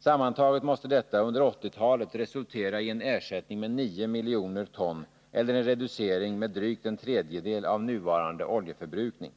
Sammantaget måste detta under 1980-talet resultera i en ersättning med 9 miljoner ton eller en reducering med drygt en tredjedel av nuvarande oljeförbrukning.